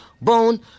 bone